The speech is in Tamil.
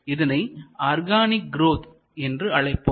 இதனை ஆர்கானிக் குரோத் என்று அழைப்போம்